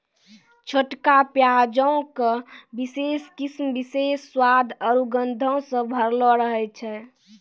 छोटका प्याजो के विशेष किस्म विशेष स्वाद आरु गंधो से भरलो रहै छै